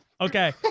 Okay